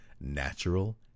Natural